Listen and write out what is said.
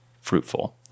fruitful